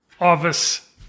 office